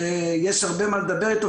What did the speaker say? שיש הרבה מה לדבר עליו,